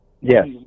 Yes